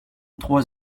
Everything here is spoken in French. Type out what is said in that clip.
trois